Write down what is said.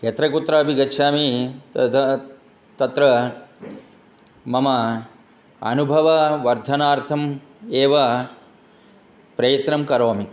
यत्र कुत्रापि गच्छामि तदा तत्र मम अनुभववर्धनार्थम् एव प्रयत्नं करोमि